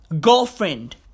Girlfriend